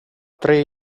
tre